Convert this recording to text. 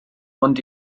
ond